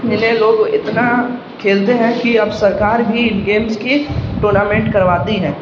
اتنے لوگ اتنا کھیلتے ہیں کہ اب سرکار بھی ان گیمس کی ٹورنامنٹ کرواتی ہے